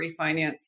refinance